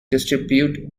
distribute